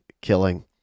killing